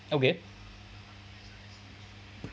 okay